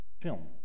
film